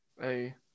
Hey